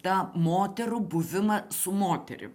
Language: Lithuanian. tą moterų buvimą su moterim